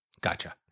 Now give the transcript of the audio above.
Gotcha